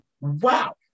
Wow